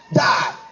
die